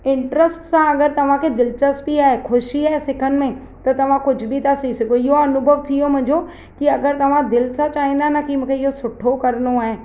interest सां अगरि तव्हांखे दिलचस्पी आहे ख़ुशी आहे सिखनि में त तव्हां कुझु बि था सिखी सघो इहो अनुभव थी वियो मुंहिंजो की अगरि तव्हां दिलि सां चाहींदा न की मूंखे इहे सुठो करिणो आहे